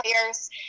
players